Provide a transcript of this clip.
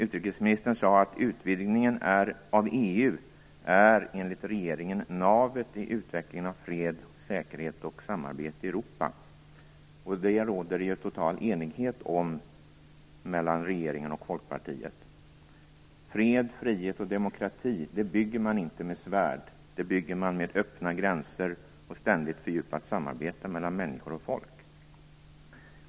Utrikesministern sade att utvidgningen av EU enligt regeringen är navet i utvecklingen av fred, säkerhet och samarbete i Europa, och det råder det total enighet om mellan regeringen och Folkpartiet. Fred, frihet och demokrati bygger man inte med svärd utan med öppna gränser och ständigt fördjupat samarbete mellan människor och folk.